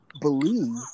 believe